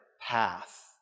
path